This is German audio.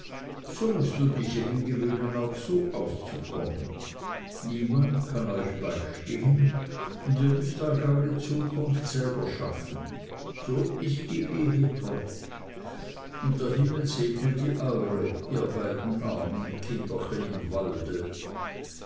so mußt du dich eben gewöhnen auch so auszukommen niemand kann euch beistehen und ihr müßt euch eure zukunft selber schaffen so ist die ehe trot und der himmel segne die eure ihr beiden armen kinderchen im walde